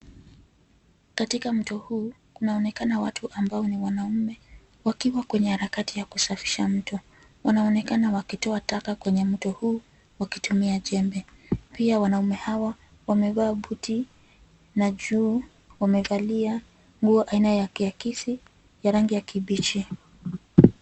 Katika mto huu kunaonekana watu ambao ni wanaume wakiwa kwenye harakati ya kusafisha mto. Wanaonekana wakitoa taka kwenye mto huu wakitumia jembe. Pia wanaume hawa wamevaa buti na juu wamevalia nguo aina ya kiakisi ya rangi ya kibichi.